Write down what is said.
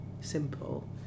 simple